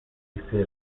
عاطفی